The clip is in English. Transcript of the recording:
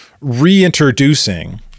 reintroducing